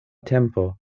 tempo